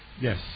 Yes